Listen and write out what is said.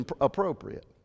appropriate